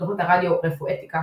בתוכנית הרדיו "רפואתיקה",